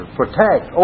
protect